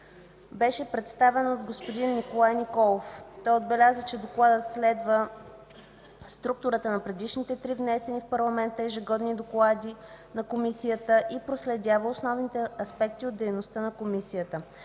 беше представен от господин Николай Николов. Той отбеляза, че Докладът следва структурата на предишните три внесени в парламента ежегодни доклади на Комисията и проследява основните аспекти от нейната дейност: